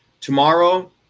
tomorrow